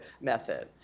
method